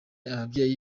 ababyeyi